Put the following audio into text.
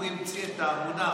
הוא המציא את המונח.